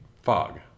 fog